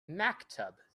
maktub